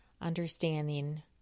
understanding